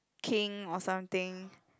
king or something